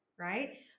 right